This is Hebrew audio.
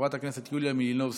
חברת הכנסת יוליה מלינובסקי,